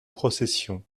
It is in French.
procession